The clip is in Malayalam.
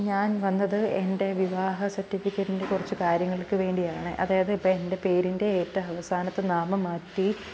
ഞാൻ വന്നത് എൻ്റെ വിവാഹ സർട്ടിഫിക്കറ്റിൻ്റെ കുറച്ച് കാര്യങ്ങൾക്കു വേണ്ടിയാണ് അതായത് ഇപ്പം എൻ്റെ പേരിൻ്റെ ഏറ്റവും അവസാനത്തെ നാമം മാറ്റി